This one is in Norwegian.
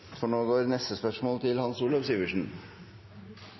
for sykehusansatte. Representanten Hans Olav Syversen